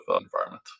environment